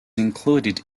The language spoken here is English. included